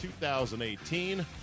2018